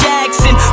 Jackson